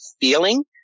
feeling